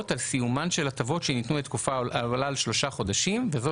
על סיומן של הטבות שניתנו לתקופה העולה על שלושה חודשים וזאת